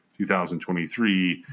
2023